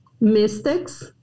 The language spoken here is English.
mystics